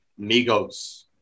Migos